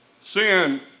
Sin